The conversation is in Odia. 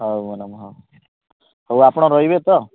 ହଉ ମ୍ୟାଡ଼ମ୍ ହଁ ହେଉ ଆପଣ ରହିବେ ତ